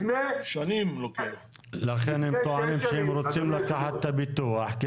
לכן הם טוענים שהם רוצים לקחת את הביטוח,